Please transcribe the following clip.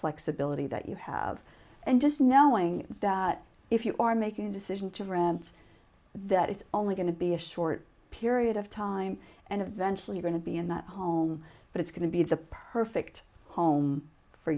flexibility that you have and just knowing that if you are making a decision to rent that it's only going to be a short period of time and eventually are going to be in that home but it's going to be the perfect home for